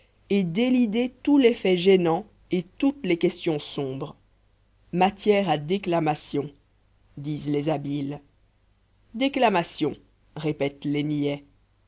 et d'élider tous les faits gênants et toutes les questions sombres matière à déclamations disent les habiles déclamations répètent les niais